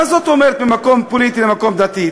מה זאת אומרת ממקום פוליטי למקום דתי?